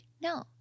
no